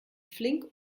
flink